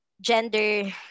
gender